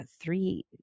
three